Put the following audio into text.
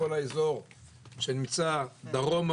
כל האזור שנמצא דרומה